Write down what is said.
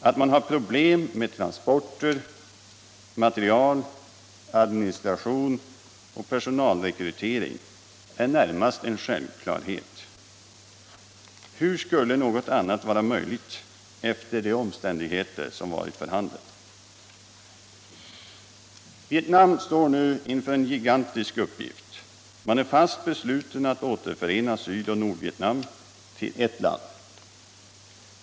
Att man har problem med transporter, material, administration och personalrekrytering är närmast en självklarhet. Hur skulle något annat vara möjligt efter de omständigheter som varit för handen? Vietnam står nu inför en gigantisk uppgift. Man är fast besluten att återförena Sydoch Nordvietnam till ert land.